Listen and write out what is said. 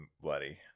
bloody